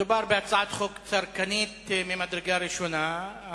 מדובר בהצעת חוק צרכנית ממדרגה ראשונה.